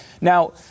now